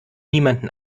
niemanden